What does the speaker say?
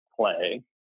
play